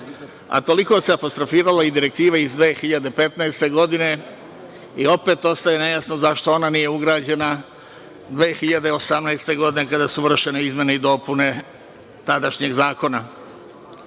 a toliko se apostrofiralo i direktiva iz 2015. godine i opet ostaje nejasno zašto ona nije ugrađena 2018. godine, kada su vršene izmene i dopune tadašnjeg zakona. Na